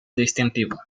distintivo